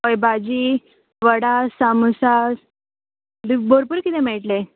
अय भाजी वडा सामोसा भरपूर किदें मेळटलें